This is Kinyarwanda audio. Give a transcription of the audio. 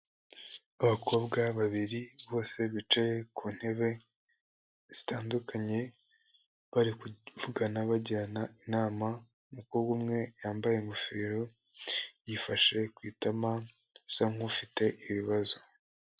Abakobwa babiri bose bicaye ku ntebe zitandukanye, bari kuvugana bagirana inama, umukobwa umwe yambaye ingofero yifashe ku itama asa nk'ufite ibibazo.